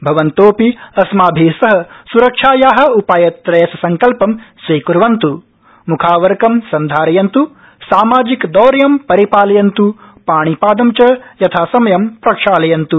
भवन्तोऽपि अस्माभि सह सुरक्षाया उपायत्रयस्य सङ्कल्पं स्वीकुर्वन्तु मुखावरकं सन्धारयन्तु सामाजिकदौर्यं परिपालयन्तु पाणिपादं च यथासमयं प्रक्षालयन्तु